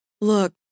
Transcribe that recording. look